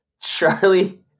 Charlie